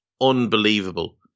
unbelievable